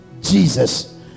jesus